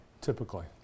Typically